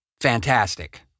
fantastic